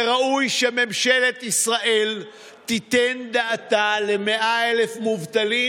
וראוי שממשלת ישראל תיתן דעתה ל-100,000 מובטלים,